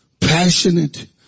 passionate